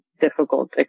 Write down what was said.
difficult